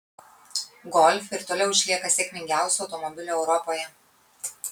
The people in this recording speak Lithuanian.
golf ir toliau išlieka sėkmingiausiu automobiliu europoje